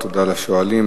תודה לשואלים.